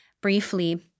briefly